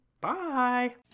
bye